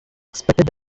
expected